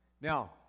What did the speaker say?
Now